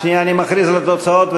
אני מכריז על התוצאות,